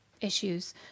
issues